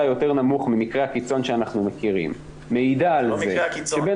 יותר נמוך ממקרה הקיצון שאנחנו מכירים מעידה על זה שבין